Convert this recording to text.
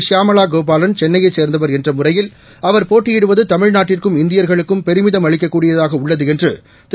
ஷியாமளாகோபாலன் சென்னையைச் சேர்ந்தவர் என்றமுறையில் அவர் போட்டியிடுவதுதமிழ்நாட்டிற்கும் இந்தியர்களுக்கும் பெருமிதம் அளிக்கக்கூடியதாகஉள்ளதுஎன்றதிரு